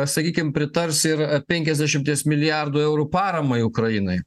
sakykim pritars ir penkiasdešimties milijardų eurų paramai ukrainai